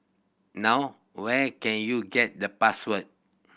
now where can you get the password